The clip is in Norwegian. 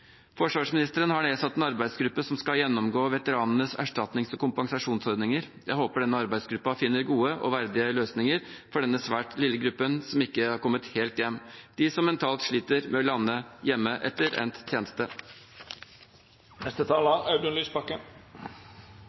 Forsvarsministeren har nedsatt en arbeidsgruppe som skal gjennomgå veteranenes erstatnings- og kompensasjonsordninger. Jeg håper denne arbeidsgruppen finner gode og verdige løsninger for denne svært lille gruppen som ikke har kommet helt hjem, de som mentalt sliter med å lande hjemme etter endt tjeneste.